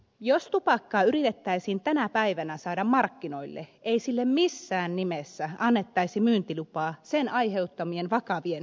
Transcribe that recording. jos tupakkaa yritettäisiin tänä päivänä saada markkinoille ei sille missään nimessä annettaisi myyntilupaa sen aiheuttamien vakavien terveyshaittojen vuoksi